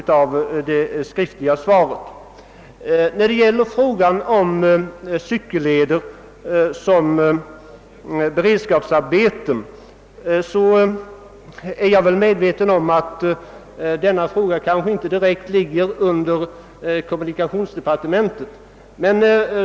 Jag är medveten om att frågan om cykelleder som beredskapsarbeten kanske inte direkt ligger under kommunikationsdepartementet.